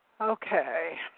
Okay